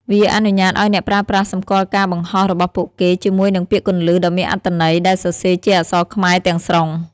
វាអនុញ្ញាតឱ្យអ្នកប្រើប្រាស់សម្គាល់ការបង្ហោះរបស់ពួកគេជាមួយនឹងពាក្យគន្លឹះដ៏មានអត្ថន័យដែលសរសេរជាអក្សរខ្មែរទាំងស្រុង។